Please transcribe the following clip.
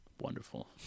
wonderful